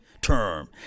term